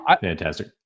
fantastic